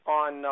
on